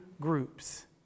groups